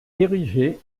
érigée